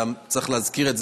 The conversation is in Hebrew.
אתה צריך להזכיר את זה,